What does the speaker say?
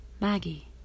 Maggie